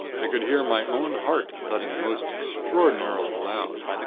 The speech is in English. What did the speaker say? i could hear my own heart thudding most extraordinarily loud.